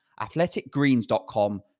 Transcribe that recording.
athleticgreens.com